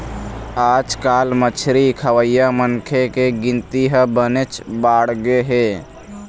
आजकाल मछरी खवइया मनखे के गिनती ह बनेच बाढ़गे हे